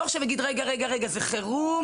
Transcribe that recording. לא יגיד: "רגע, זה חירום?